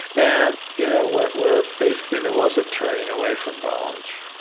and you know where where basically there was a turning away from knowledge.